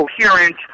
Coherent